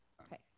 Okay